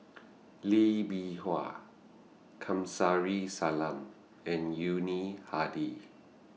Lee Bee Wah Kamsari Salam and Yuni Hadi